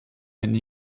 and